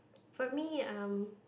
for me um